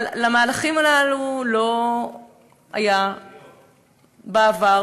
אבל למהלכים הללו לא היה תקדים.